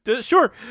sure